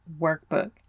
workbook